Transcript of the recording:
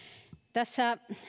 tässä